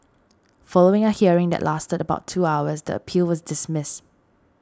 following a hearing that lasted about two hours the appeal was dismissed